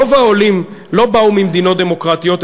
רוב העולים לא באו ממדינות דמוקרטיות.